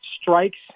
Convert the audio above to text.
strikes